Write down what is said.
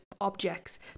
objects